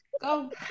Go